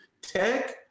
tech